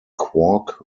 quark